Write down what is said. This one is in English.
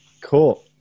Cool